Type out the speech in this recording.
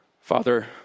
Father